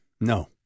No